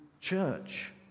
church